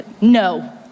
no